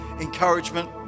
encouragement